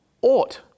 ought